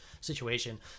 situation